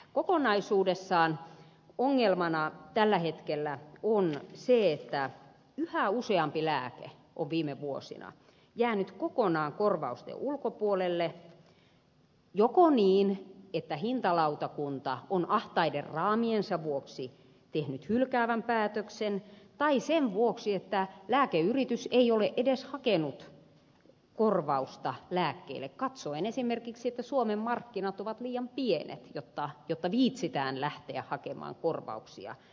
kokonaisuudessaan ongelmana tällä hetkellä on se että yhä useampi lääke on viime vuosina jäänyt kokonaan korvausten ulkopuolelle joko niin että hintalautakunta on ahtaiden raamiensa vuoksi tehnyt hylkäävän päätöksen tai sen vuoksi että lääkeyritys ei ole edes hakenut korvausta lääkkeelle katsoen esimerkiksi että suomen markkinat ovat liian pienet jotta viitsitään lähteä hakemaan korvauksia lääkeaineille